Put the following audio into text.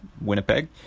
Winnipeg